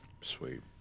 Sweet